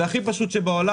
זה הכי פשוט שבעולם,